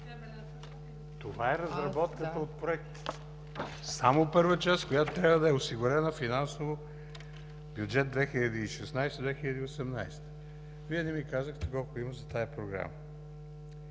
Това е разработката от Проекта. Само първа част, която трябва да е осигурена финансово с Бюджет 2016 – 2018. Вие не ми казахте колко има за тази Програма.